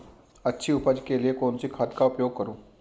अच्छी उपज के लिए कौनसी खाद का उपयोग करूं?